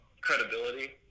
credibility